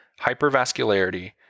hypervascularity